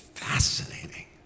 fascinating